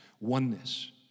oneness